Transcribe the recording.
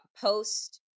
post